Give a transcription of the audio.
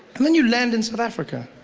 and then you land in south africa.